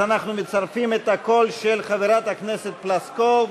אז אנחנו מצרפים את הקול של חברת הכנסת פלוסקוב.